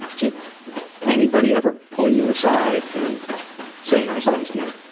did anybody ever pull you aside and say nice things to you?